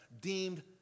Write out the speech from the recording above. deemed